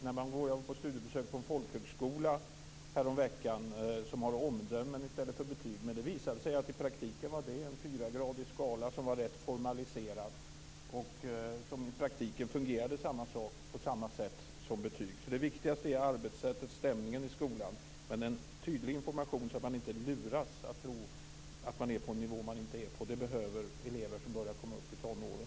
Jag var på studiebesök på en folkhögskola häromveckan där man hade omdömen i stället för betyg, men det visade sig att i praktiken använde man en fyragradig skala som var rätt formaliserad och som i praktiken fungerade på samma sätt som betyg. Det viktigaste är alltså arbetssättet och stämningen i skolan, men en tydlig information så att man inte luras att tro att man är på en nivå som man inte är på, det behöver elever som börjar komma upp i tonåren.